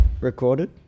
Recorded